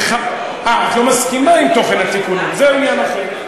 אה, את לא מסכימה עם תוכן התיקונים, זה עניין אחר.